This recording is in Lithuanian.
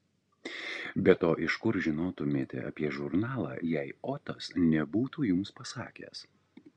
be to iš kur žinotumėte apie žurnalą jei otas nebūtų jums pasakęs